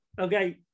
Okay